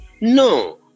No